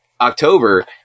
October